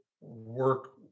work